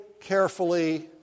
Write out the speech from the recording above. carefully